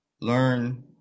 learn